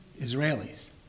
Israelis